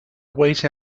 wait